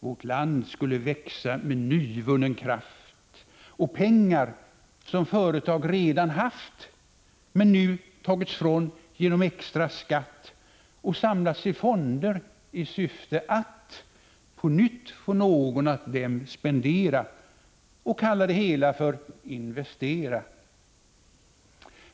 Vårt land skulle växa med nyvunnen kraft och pengar som företag redan haft och samlats till fonder i syfte att på nytt få någon att dem spendera och kalla det hela för investera.